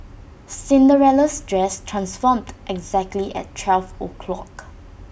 Cinderella's dress transformed exactly at twelve o' clock